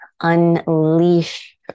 unleash